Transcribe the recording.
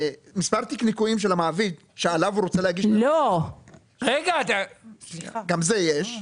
ומספר תיק ניכויים של המעביד שעליו הוא רוצה להגיש בקשה גם זה יש,